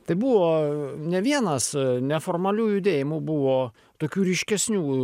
tai buvo ne vienas neformalių judėjimų buvo tokių ryškesnių